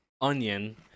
onion